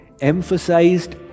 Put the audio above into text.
emphasized